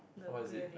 what is it like